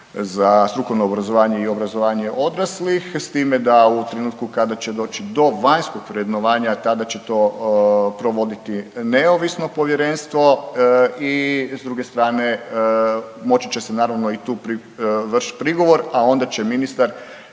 za strukovno obrazovanje i obrazovanje odraslih s time da u trenutku kada će doći do vanjskog vrednovanja tada će to provoditi neovisno povjerenstvo i s druge strane moći će se naravno i tu vršiti prigovor, a onda će ministar